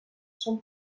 són